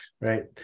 right